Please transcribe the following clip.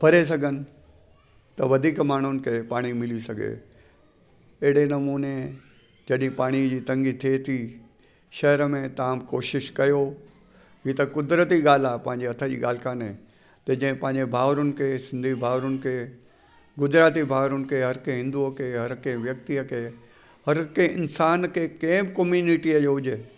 भरे सघनि त वधीक माण्हुनि खे पाणी मिली सघे अहिड़े नमूने जॾहिं पाणी जी तंगी थिए थी शहर में तव्हां कोशिशि कयो इहो त कुदरती ॻाल्हि आहे पंहिंजे हथ जी ॻाल्हि कोन्हे त जंहिं पंहिंजे भाउरुनि खे सिंधी भाउरुनि खे गुजराती भाउरुनि खे हिंदुअ खे हर कंहिं व्यक्ति खे हर कंहिं इंसान खे कंहिं बि कॉम्यूनिटी जो हुजे